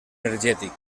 energètic